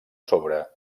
sobre